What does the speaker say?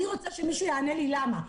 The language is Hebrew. אני רוצה שמישהו יענה לי למה?